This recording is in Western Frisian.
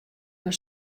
men